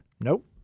Nope